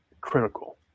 critical